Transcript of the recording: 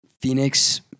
Phoenix